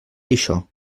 això